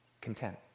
content